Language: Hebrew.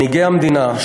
מנהיגי המדינה,